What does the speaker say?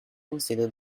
consider